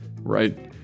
right